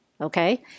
okay